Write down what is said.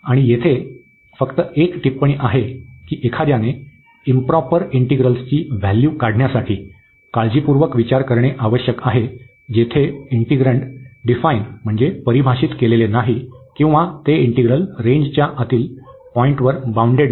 आणि येथे फक्त एक टिप्पणी आहे की एखाद्याने इंप्रॉपर इंटिग्रल्सची व्हॅल्यू काढण्यासाठी काळजीपूर्वक विचार करणे आवश्यक आहे जेथे इंटिग्रन्ड परिभाषित केलेले नाही किंवा ते इंटिग्रल रेंजच्या आतील पॉईंटवर बाउंडेड नाही